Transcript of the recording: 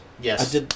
Yes